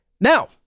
now